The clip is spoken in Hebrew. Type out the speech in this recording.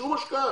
שום השקעה.